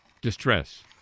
distress